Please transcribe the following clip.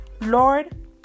Lord